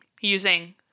using